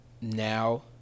now